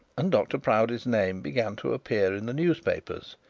and dr proudie's name began to appear in the newspapers.